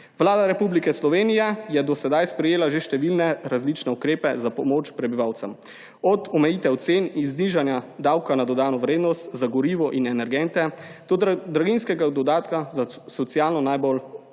Vlada Republike Slovenije je do sedaj sprejela že številne različne ukrepe za pomoč prebivalcem, od omejitve cen in znižanja davka na dodano vrednost za gorivo in energente, do draginjskega dodatka za socialno najbolj